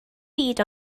byd